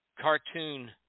cartoon